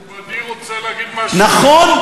נכון?